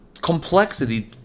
complexity